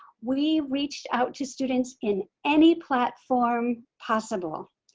we reached out to students in any platform possible.